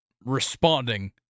responding